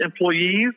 employees